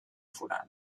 forada